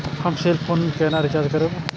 हम cell phone केना recharge करब?